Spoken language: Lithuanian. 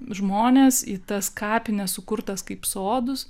žmonės į tas kapines sukurtas kaip sodus